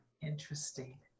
Interesting